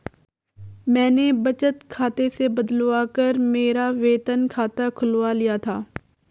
मैंने बचत खाते से बदलवा कर मेरा वेतन खाता खुलवा लिया था